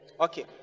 okay